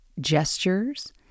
gestures